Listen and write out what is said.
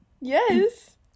Yes